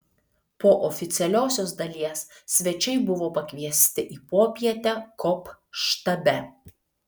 po oficialiosios dalies svečiai buvo pakviesti į popietę kop štabe